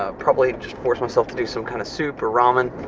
ah probably just force myself to do some kind of soup or ramen